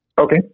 Okay